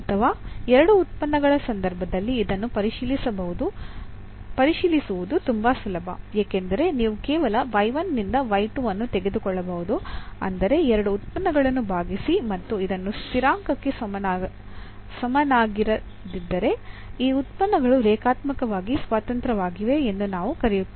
ಅಥವಾ ಎರಡು ಉತ್ಪನ್ನಗಳ ಸಂದರ್ಭದಲ್ಲಿ ಇದನ್ನು ಪರಿಶೀಲಿಸುವುದು ತುಂಬಾ ಸುಲಭ ಏಕೆಂದರೆ ನೀವು ಕೇವಲ ನಿಂದ ಅನ್ನು ತೆಗೆದುಕೊಳ್ಳಬಹುದು ಅಂದರೆ ಎರಡು ಉತ್ಪನ್ನಗಳನ್ನು ಭಾಗಿಸಿ ಮತ್ತು ಇದು ಸ್ಥಿರಾಂಕಕ್ಕೆ ಸಮನಾಗಿರದಿದ್ದರೆ ಈ ಉತ್ಪನ್ನಗಳು ರೇಖಾತ್ಮಕವಾಗಿ ಸ್ವತಂತ್ರವಾಗಿವೆ ಎಂದು ನಾವು ಕರೆಯುತ್ತೇವೆ